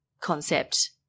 concept